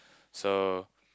so